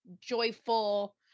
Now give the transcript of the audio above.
joyful